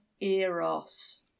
Eros